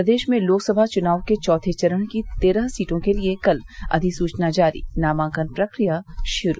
प्रदेश में लोकसभा चुनाव के चौथे चरण की तेरह सीटों के लिये कल अधिसूचना जारी नामांकन प्रक्रिया श्रू